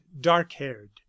dark-haired